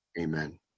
Amen